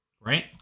right